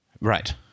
Right